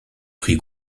prix